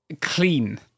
clean